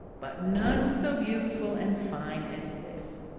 but none so beautiful and fine as this.